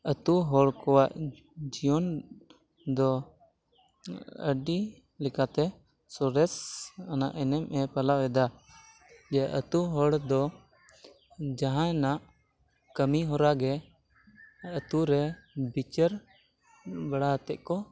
ᱟᱛᱩ ᱦᱚᱲ ᱠᱚᱣᱟᱜ ᱡᱤᱭᱚᱱ ᱫᱚ ᱟᱹᱰᱤ ᱞᱮᱠᱟᱛᱮ ᱥᱚᱨᱮᱥ ᱟᱱᱟᱜ ᱮᱱᱮᱢᱮ ᱯᱟᱞᱟᱣ ᱮᱫᱟ ᱡᱮ ᱟᱛᱩ ᱦᱚᱲ ᱫᱚ ᱡᱟᱦᱟᱱᱟᱜ ᱠᱟᱹᱢᱤ ᱦᱚᱨᱟᱜᱮ ᱟᱛᱩᱨᱮ ᱵᱤᱪᱟᱹᱨ ᱵᱟᱲᱟᱣᱟᱛᱮᱫ ᱠᱚ